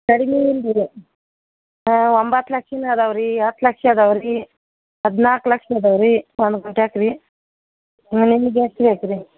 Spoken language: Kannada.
ಕಡಿಮೀ ಇಲ್ಲ ರಿ ಒಂಬತ್ತು ಲಕ್ಷದಿಂದ್ ಇದಾವ್ ರೀ ಹತ್ತು ಲಕ್ಷ ಇದಾವ್ ರೀ ಹದ್ನಾಲ್ಕು ಲಕ್ಷ ಇದಾವ್ ರೀ ಒಂದು ಗುಂಟ್ಯಾಕೆ ರೀ ಹಾಂ ನಿಮಗ್ ಎಷ್ಟು ಬೇಕು ರೀ